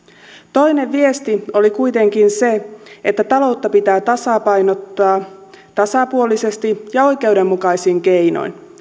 toinen viesti oli kuitenkin se että taloutta pitää tasapainottaa tasapuolisesti ja oikeudenmukaisin keinoin